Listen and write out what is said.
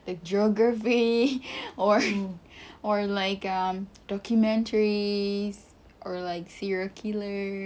a geography or or like um documentaries or like serial killer